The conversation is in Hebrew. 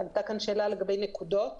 עלתה כאן שאלה לגבי מתן נקודות.